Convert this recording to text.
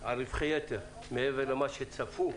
על רווחי יתר מעבר למה שצפו,